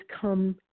come